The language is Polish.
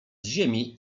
ziemi